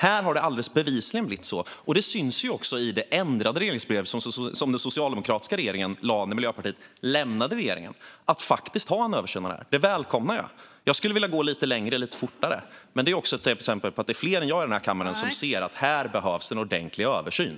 Här har det bevisligen blivit så, och det syns också i det ändrade regleringsbrev som den socialdemokratiska regeringen lade fram när Miljöpartiet lämnade regeringen. Att man faktiskt gör en översyn av det här välkomnar jag. Jag skulle vilja gå lite längre lite fortare, men det är också ett exempel på att det är fler än jag i den här kammaren som ser att här behövs det en ordentlig översyn.